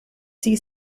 sea